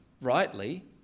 rightly